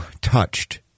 touched